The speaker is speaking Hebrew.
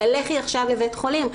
אלא לכי עכשיו לבית חולים,